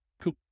Cool